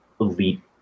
elite